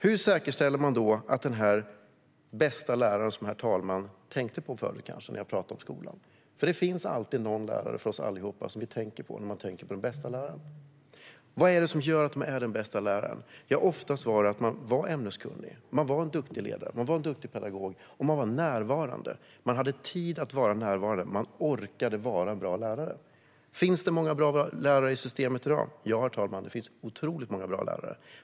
Vad var det då som gjorde att den här bästa läraren som herr talmannen kanske tänkte på förut när jag talade om skolan - vi har alla någon lärare vi tänker på som den bästa - var den bästa? Oftast var det att man var ämneskunnig, var en duktig ledare och pedagog och var närvarande. Man hade tid, och man orkade vara en bra lärare. Finns det många bra lärare i systemet i dag? Ja, herr talman, det finns otroligt många bra lärare.